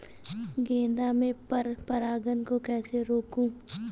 गेंदा में पर परागन को कैसे रोकुं?